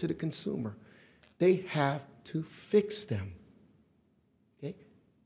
to the consumer they have to fix them